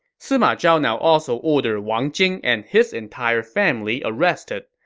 sima zhao now also ordered wang jing and his entire family arrested.